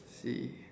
see